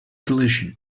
solution